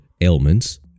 ailments